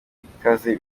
ikaze